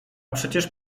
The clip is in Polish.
przecież